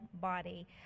body